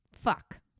fuck